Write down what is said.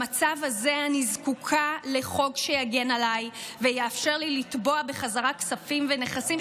במצב הזה אני זקוקה לחוק שיגן עליי ויאפשר לי לתבוע בחזרה כספים ונכסים